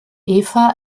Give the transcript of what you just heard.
eva